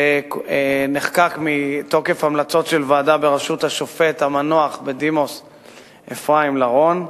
שנחקק מתוקף המלצות של ועדה בראשות השופט בדימוס המנוח אפרים לרון,